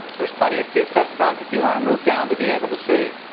there's plenty of seats up front if you want to move down to be able to see.